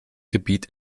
gebiet